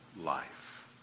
life